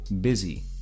busy